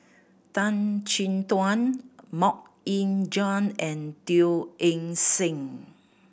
Tan Chin Tuan Mok Ying Jang and Teo Eng Seng